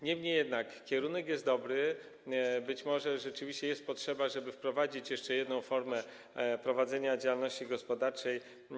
Niemniej kierunek jest dobry, być może jest rzeczywiście taka potrzeba, żeby wprowadzić jeszcze jedną formę prowadzenia działalności gospodarczej.